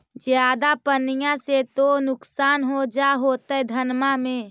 ज्यादा पनिया से तो नुक्सान हो जा होतो धनमा में?